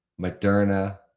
Moderna